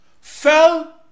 fell